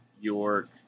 York